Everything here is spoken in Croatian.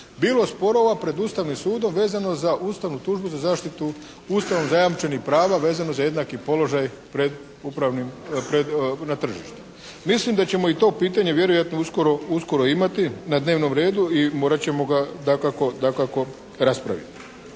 bilo sporova pred Ustavnim sudom vezano za ustavnu tužbu za zaštitu Ustavom zajamčenih prava vezano za jednaki položaj na tržištu. Mislim da ćemo i to pitanje vjerojatno uskoro imati na dnevnom redu i morat ćemo ga dakako raspraviti.